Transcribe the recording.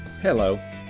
Hello